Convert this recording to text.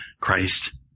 Christ